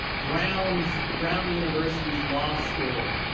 brown brown university's law school,